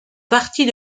partie